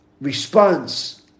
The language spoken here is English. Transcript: response